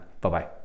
Bye-bye